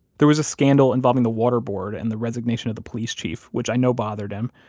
there was a scandal involving the water board and the resignation of the police chief, which i know bothered him.